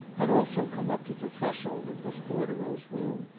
had also come up to the threshold of miss bordereau's room,